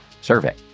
survey